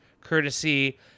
courtesy